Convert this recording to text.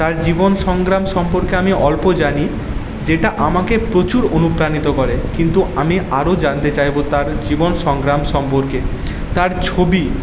তার জীবন সংগ্রাম সম্পর্কে আমি অল্প জানি যেটা আমাকে প্রচুর অনুপ্রাণিত করে কিন্তু আমি আরও জানতে চাইব তার জীবন সংগ্রাম সম্পর্কে তার ছবি